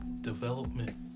development